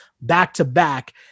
back-to-back